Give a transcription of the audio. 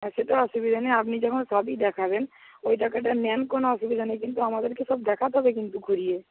সেটা অসুবিধে নেই আপনি যখন সবই দেখাবেন ওই জায়গাতে মেন কোনো অসুবিধা নেই কিন্তু আমাদেরকে সব দেখাতে হবে কিন্তু ঘুরিয়ে